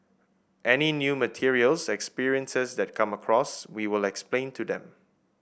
any new materials experiences that come across we will explain to them